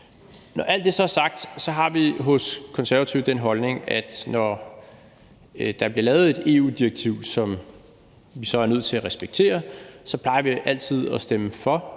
Når alt det så er sagt, har vi hos Konservative den holdning, at når der bliver lavet et EU-direktiv, som vi så er nødt til at respektere, plejer vi altid at stemme for,